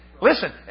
Listen